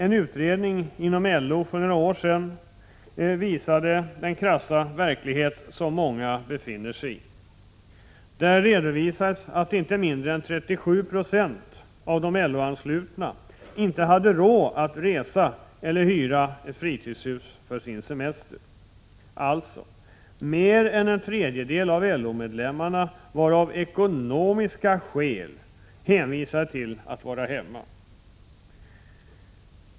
En utredning inom LO visade för några år sedan den krassa verklighet som många lever i. Där redovisades att inte mindre än 37 96 av de LO-anslutna inte hade råd att resa eller hyra fritidshus för sin semester. Alltså var mer än en tredjedel av LO-medlemmarna av ekonomiska skäl hänvisade till att stanna hemma.